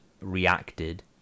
reacted